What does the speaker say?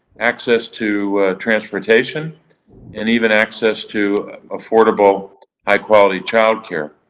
access to transportation and even access to affordable high quality childcare.